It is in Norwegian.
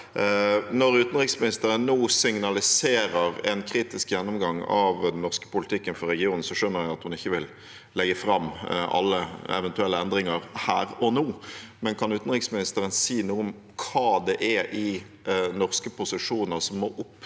Når utenriksministeren nå signaliserer en kritisk gjennomgang av den norske politikken for regionen, skjønner jeg at hun ikke vil legge fram alle eventuelle endringer her og nå, men kan hun si noe om hva det er i norske posisjoner som må opp